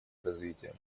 развития